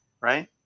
right